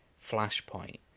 Flashpoint